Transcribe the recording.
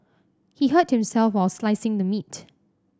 he hurt himself while slicing the meat